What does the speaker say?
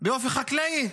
באופי חקלאי,